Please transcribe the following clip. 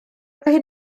roedd